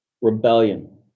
rebellion